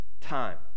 time